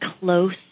close